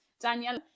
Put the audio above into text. Danielle